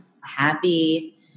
happy